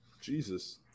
Jesus